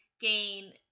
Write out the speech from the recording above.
gain